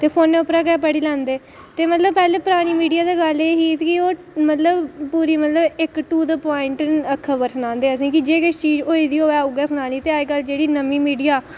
ते फोनै परा गै पढ़ी लैंदे ते पैह्लें मतलब परानी मीडिया दी गल्ल एह् ही की ओह् मतलब पूरी इक्क मतलब टू द प्वांइट खबर सनांदे असेंगी की जे किश होई दी होग ते उ'ऐ सनानी ते अज्जकल जेह्ड़ी नमीं मीडिया